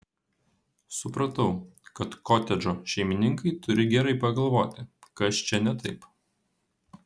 supratau kad kotedžo šeimininkai turi gerai pagalvoti kas čia ne taip